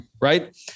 right